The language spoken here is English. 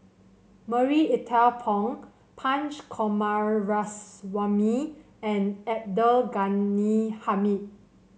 Marie Ethel Bong Punch Coomaraswamy and Abdul Ghani Hamid